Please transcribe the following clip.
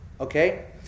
Okay